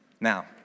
Now